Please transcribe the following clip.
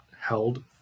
held